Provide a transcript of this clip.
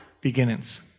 beginnings